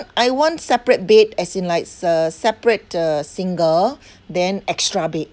I want separate bed as in like uh separate a single then extra bed